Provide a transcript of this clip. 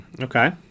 Okay